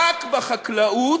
רק בחקלאות,